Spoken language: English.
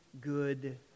good